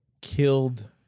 killed